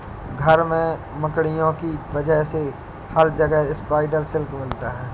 घर में मकड़ियों की वजह से हर जगह स्पाइडर सिल्क मिलता है